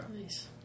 Nice